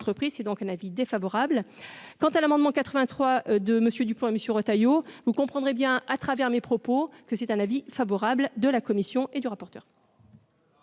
c'est donc un avis défavorable quant à l'amendement 83 de monsieur du point messieurs Retailleau, vous comprendrez bien à travers mes propos que c'est un avis favorable de la Commission et du rapporteur.